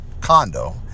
condo